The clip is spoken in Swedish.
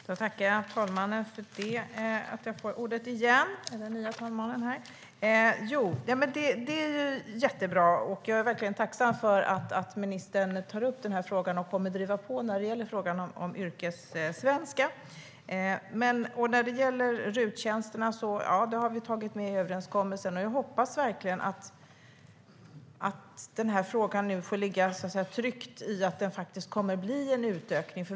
Herr talman! Det är jättebra, och jag är verkligen tacksam för att ministern tar upp det och kommer att driva på frågan om yrkessvenska. När det gäller RUT-tjänsterna är det rätt att vi har tagit med det i överenskommelsen. Jag hoppas att frågan nu får ligga trygg och att det kommer att bli en utökning.